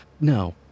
no